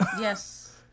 Yes